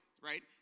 right